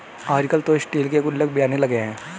आजकल तो स्टील के गुल्लक भी आने लगे हैं